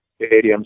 stadiums